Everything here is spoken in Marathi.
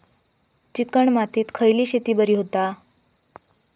चिकण मातीत खयली शेती बरी होता?